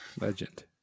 Legend